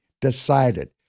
decided